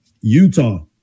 Utah